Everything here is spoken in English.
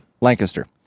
Lancaster